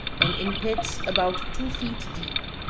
and in pits about two feet deep,